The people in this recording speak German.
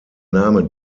name